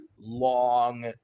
long